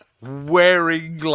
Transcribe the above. wearing